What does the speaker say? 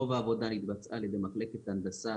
רוב העבודה התבצעה על ידי מחלקת הנדסה,